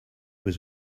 was